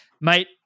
mate